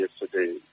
yesterday